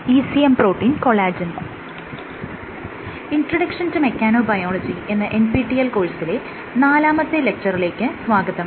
'introduction to mechanobiology എന്ന NPTEL കോഴ്സിലെ നാലാമത്തെ ലെക്ച്ചറിലേക്ക് സ്വാഗതം